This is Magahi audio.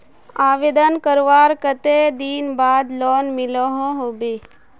आवेदन करवार कते दिन बाद लोन मिलोहो होबे?